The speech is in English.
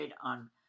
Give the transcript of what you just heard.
on